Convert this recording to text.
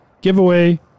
giveaway